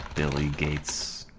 billy gates